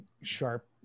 sharp